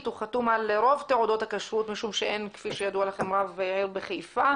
הוא חתום על רוב תעודות הכשרות משום שאין כפי שידוע לכם רב עיר בחיפה.